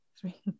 three